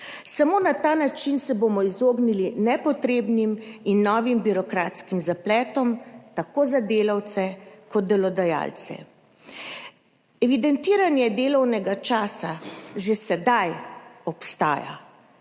Samo na ta način se bomo izognili nepotrebnim in novim birokratskim zapletom tako za delavce kot delodajalce. Evidentiranje delovnega časa že sedaj obstaja,